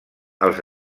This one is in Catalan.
als